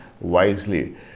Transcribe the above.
wisely